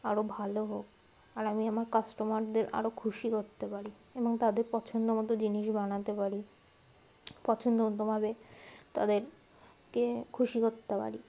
আরও ভালো হোক আর আমি আমার কাস্টমারদের আরও খুশি করতে পারি এবং তাদের পছন্দমতো জিনিস বানাতে পারি পছন্দমতোভাবে তাদেরকে খুশি করতে পারি